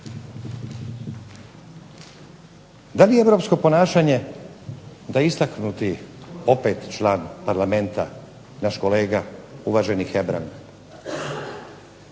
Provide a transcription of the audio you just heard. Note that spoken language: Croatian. Da li je europsko ponašanje da istaknuti opet član Parlamenta, naš kolega uvaženi Hebrang